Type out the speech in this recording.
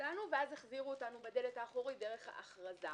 אותנו ואז החזירו אותנו בדלת האחורית דרך ההכרזה.